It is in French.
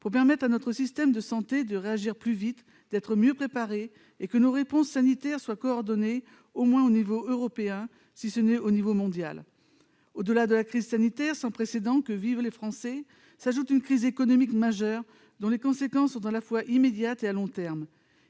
pour permettre à notre système de santé de réagir plus vite et d'être mieux préparé. Il faudra aussi que les réponses sanitaires soient coordonnées au moins à l'échelon européen, si ce n'est au niveau mondial. À la crise sanitaire sans précédent que vivent les Français s'ajoute une crise économique majeure dont les conséquences sont à la fois immédiates et de long terme